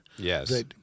Yes